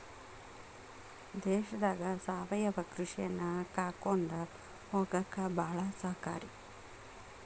ದೇಶದಾಗ ಸಾವಯವ ಕೃಷಿಯನ್ನಾ ಕಾಕೊಂಡ ಹೊಗಾಕ ಬಾಳ ಸಹಕಾರಿ